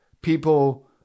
People